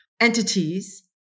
entities